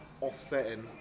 offsetting